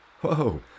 Whoa